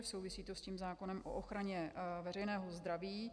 Souvisí to s tím zákonem o ochraně veřejného zdraví.